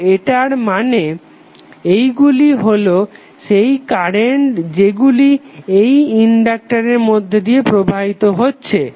তো এটার মানে এইগুলি হলো সেই কারেন্ট যেগুলি এই ইনডাক্টারের মধ্যে দিয়ে প্রবাহিত হচ্ছে